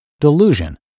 delusion